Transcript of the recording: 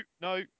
no